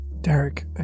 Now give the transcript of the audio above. Derek